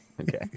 okay